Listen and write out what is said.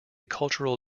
cultural